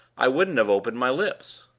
i wouldn't have opened my lips.